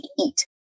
eat